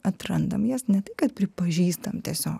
atrandam jas ne tai kad pripažįstam tiesiog